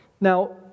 Now